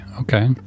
okay